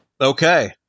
Okay